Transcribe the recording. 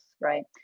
right